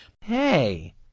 Hey